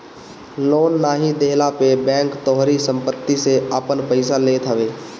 loan नाइ देहला पे बैंक तोहारी सम्पत्ति से आपन पईसा लेत हवे